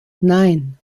nein